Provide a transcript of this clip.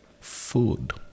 food